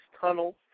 tunnels